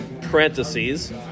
parentheses